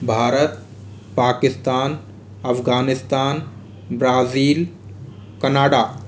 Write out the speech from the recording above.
Bharat Pakistan Afghanistan Brazil Canada